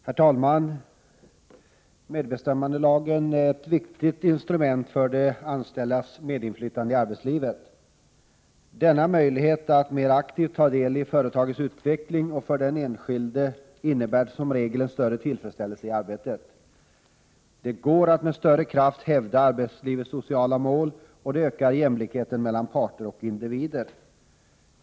Herr talman! Medbestämmandelagen är ett viktigt instrument för de anställdas medinflytande i arbetslivet. Den ger de anställda möjlighet att mer aktivt ta del i företagets utveckling, och för den enskilde innebär det som regel en större tillfredsställelse i arbetet. Det går att med större kraft hävda arbetslivets sociala mål, och det ökar jämlikheten mellan parter och individer.